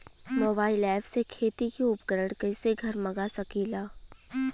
Mobile ऐपसे खेती के उपकरण कइसे घर मगा सकीला?